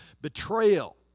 betrayal